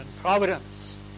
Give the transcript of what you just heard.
providence